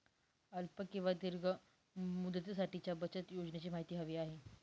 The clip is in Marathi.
अल्प किंवा दीर्घ मुदतीसाठीच्या बचत योजनेची माहिती हवी आहे